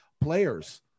players